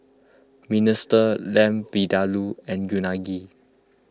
Minestrone Lamb Vindaloo and Unagi